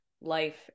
life